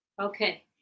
Okay